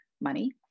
money